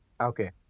Okay